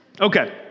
Okay